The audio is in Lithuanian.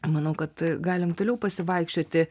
manau kad galim toliau pasivaikščioti